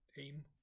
aim